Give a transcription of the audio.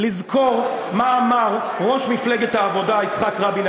לזכור מה אמר ראש מפלגת העבודה יצחק רבין,